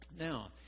Now